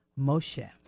Moshe